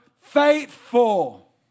faithful